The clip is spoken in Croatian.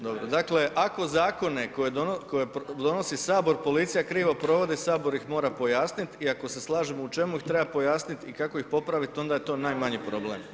Dobro, dakle ako zakone koje donosi HS policija krivo provodi, HS ih mora pojasnit i ako se slažemo u čemu ih treba pojasnit i kako ih popravit, onda je to najmanji problem.